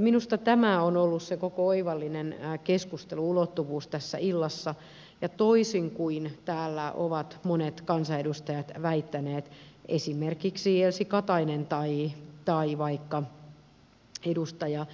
minusta tämä on ollut se koko oivallinen keskustelu ulottuvuus tässä illassa ja toisin kuin täällä ovat monet kansanedustajat väittäneet esimerkiksi elsi katainen tai vaikka edustaja